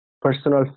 personal